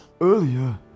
Earlier